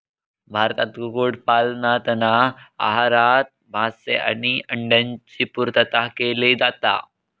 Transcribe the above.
भारतात कुक्कुट पालनातना आहारात मांस आणि अंड्यांची पुर्तता केली जाता